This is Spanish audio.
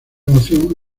emoción